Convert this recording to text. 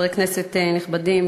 חברי כנסת נכבדים,